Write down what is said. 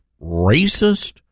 racist